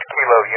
Kilo